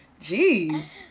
Jeez